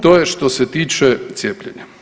To je što se tiče cijepljenja.